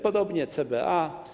Podobnie CBA.